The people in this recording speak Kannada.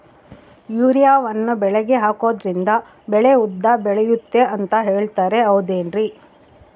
ಯೂರಿಯಾವನ್ನು ಬೆಳೆಗೆ ಹಾಕೋದ್ರಿಂದ ಬೆಳೆ ಉದ್ದ ಬೆಳೆಯುತ್ತೆ ಅಂತ ಹೇಳ್ತಾರ ಹೌದೇನ್ರಿ?